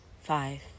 Five